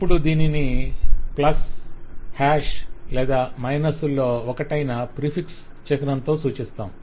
అప్పుడు దీనిని plus hash లేదా మైనస్ల లో ఒకటైన ప్రిఫిక్స్ చిహ్నంతో సూచిస్తాము